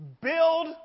Build